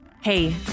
Hey